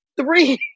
Three